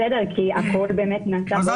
בסדר, כי הכול באמת נעשה באופן מהיר.